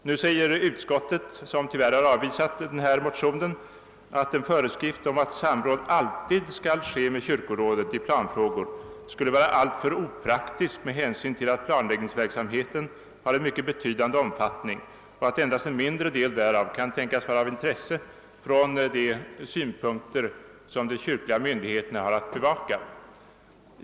Nu säger utskottet, som tyvärr har avvisat motionen, att »en föreskrift om att samråd alltid skall ske med kyrkorådet i planfrågor skulle vara alltför opraktisk med hänsyn till att planläggningsverksamheten har en mycket betydande omfattning och att endast en mindre del därav kan tänkas vara av intresse från de synpunkter som de kyrkliga myndigheterna har att bevaka».